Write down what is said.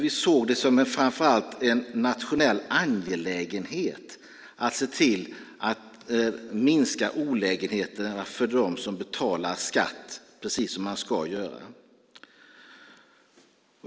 Vi såg det framför allt som en nationell angelägenhet att minska olägenheterna för dem som betalar skatt precis som man ska göra.